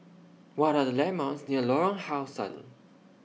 What Are The landmarks near Lorong How Sun